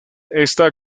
está